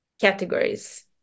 categories